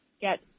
get